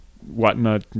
whatnot